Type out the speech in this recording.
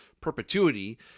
perpetuity